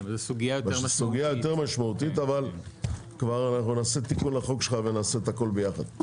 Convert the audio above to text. זו סוגיה יותר משמעותית אבל נעשה תיקון לחוק שלך ונעשה הכול ביחד.